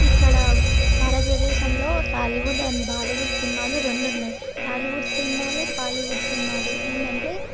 ఇక్కడ భారతదేశంలో టాలీవుడ్ అండ్ బాలీవుడ్ సినిమాలు రెండు ఉన్నాయి టాలీవుడ్ సినిమాలు బాలీవుడ్ సినిమాలు ఏంటంటే